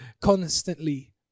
constantly